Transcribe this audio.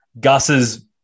Gus's